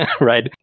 right